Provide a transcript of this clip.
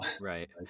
right